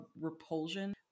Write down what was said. repulsion